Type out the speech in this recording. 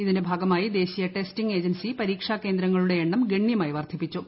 ഇതിന്റെ ഭാഗമായി ദേശീയ ടെസ്റ്റിംഗ് ഏജൻസി പരീക്ഷാ കേന്ദ്രങ്ങളുടെ എണ്ണം ഗണ്യമായി വർധിപ്പിച്ചു